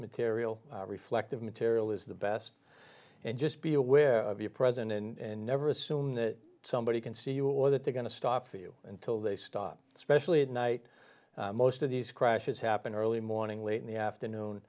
material reflective material is the best and just be aware of your present in every assume that somebody can see you or that they're going to stop for you until they stop especially at night most of these crushes happen early morning late in the afternoon